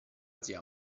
zia